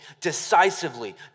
decisively